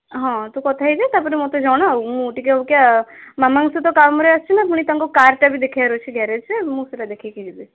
ହଁ ତୁ କଥା ହେଇ ଯା ତା'ପରେ ମତେ ଜଣା ମୁଁ ଟିକେ ମାମାଙ୍କ ସହିତ କାମରେ ତାଙ୍କ କାରଟା ବି ଦେଖାଇବାର ଅଛି ଗ୍ୟାରେଜରେ ମୁଁ ସେଇଟା ଦେଖାଇକି ଯିବି